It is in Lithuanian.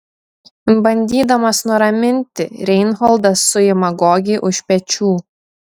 bandydamas nuraminti reinholdas suima gogį už pečių